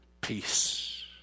peace